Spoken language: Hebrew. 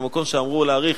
במקום שאמרו להאריך,